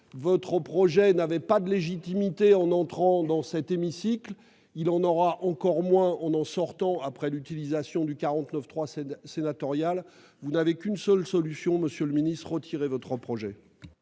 Votre projet n'avait pas de légitimité en entrant dans cet hémicycle ; il en aura encore moins en en sortant après l'utilisation du 49.3 sénatorial. Vous n'avez qu'une seule solution, monsieur le ministre : retirez votre projet